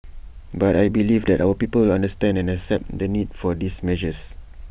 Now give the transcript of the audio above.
but I believe that our people will understand and accept the need for these measures